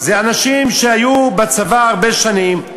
זה גם אנשים שהיו בצבא הרבה שנים,